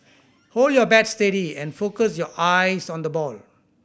hold your bat steady and focus your eyes on the ball